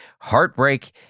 heartbreak